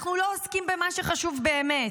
שאנחנו לא עוסקים במה שחשוב באמת?